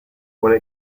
when